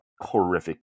horrific